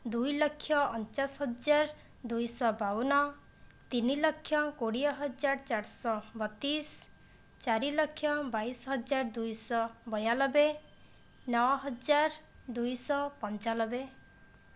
ଦୁଇଲକ୍ଷ ଅଣଚାଶ ହଜାର ଦୁଇଶହ ବାଉନ ତିନିଲକ୍ଷ କୋଡ଼ିଏହଜାର ଚାରିଶହ ବତିଶ ଚାରିଲକ୍ଷ ବାଇଶହଜାର ଦୁଇଶହ ବୟାନବେ ନଅହଜାର ଦୁଇଶହ ପଞ୍ଚାନବେ